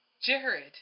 Jared